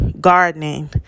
gardening